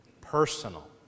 personal